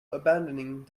abandoning